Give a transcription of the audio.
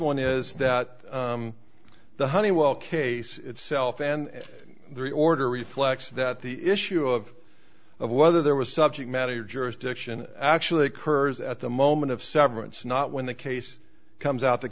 one is that the honeywell case itself and the order reflects that the issue of whether there was subject matter jurisdiction actually occurs at the moment of severance not when the case comes out t